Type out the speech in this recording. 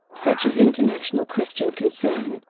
such as international christian concern,